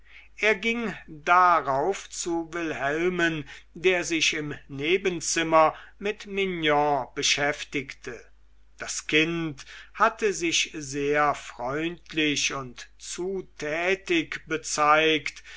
er ging darauf zu wilhelmen der sich im nebenzimmer mit mignon beschäftigte das kind hatte sich sehr freundlich und zutätig bezeigt